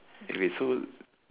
eh wait so